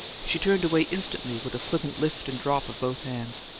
she turned away instantly, with a flippant lift and drop of both hands.